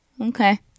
Okay